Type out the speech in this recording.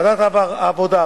ועדת העבודה,